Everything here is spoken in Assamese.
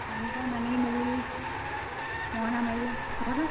ধান চান আনি মেলি মৰণা মাৰিলে তহঁতৰ